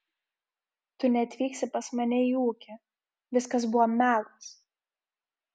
tu neatvyksi pas mane į ūkį viskas buvo melas